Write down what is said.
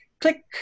click